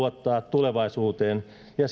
tulevaisuuteen ja sitä kautta uskaltaa rakentaa